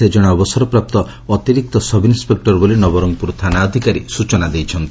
ସେ ଜଣେ ଅବସରପ୍ରାପ୍ତ ଅତିରିକ୍ତ ସବ୍ଇନ୍ସେକ୍ଟର ବୋଲି ନବରଙ୍ପୁର ଥାନା ଅଧିକାରୀ ସ୍ଚନା ଦେଇଛନ୍ତି